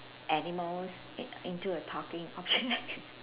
animals in into a talking object